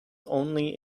only